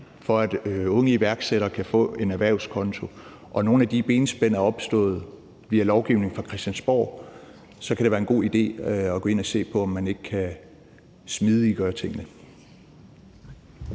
for, at unge iværksættere kan få en erhvervskonto, og nogle af de benspænd er opstået via lovgivning fra Christiansborg, så kan det være en god idé at gå ind og se på, om man ikke kan smidiggøre tingene.